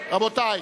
רבותי,